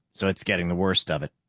so it's getting the worst of it.